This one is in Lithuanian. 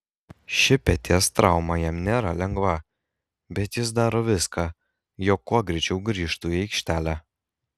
ši peties trauma jam nėra lengva bet jis daro viską jog kuo greičiau grįžtų į aikštelę